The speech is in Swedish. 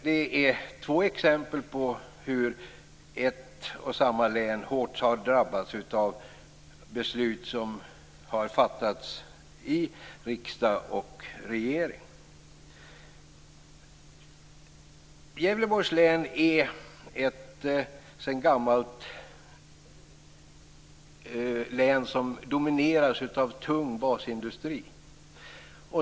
Det är två exempel på hur ett och samma län hårt har drabbats av beslut som har fattats i riksdag och regering. Gävleborgs län är sedan gammalt ett län som domineras av tung basindustri.